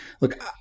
Look